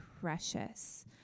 precious